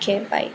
okay bye